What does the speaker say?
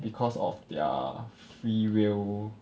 because of their free will